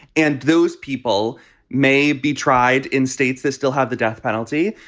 and those people may be tried in states that still have the death penalty,